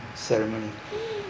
ceremony